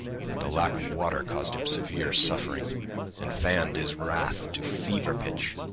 but the lack of water caused him severe suffering and fanned his wrath to fever-pitch.